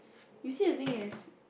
you see the thing is